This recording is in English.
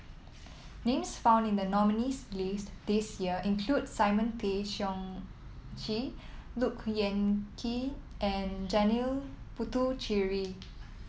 names found in the nominees' list this year include Simon Tay Seong Chee Look Yan Kit and Janil Puthucheary